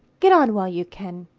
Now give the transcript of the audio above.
get on while you can.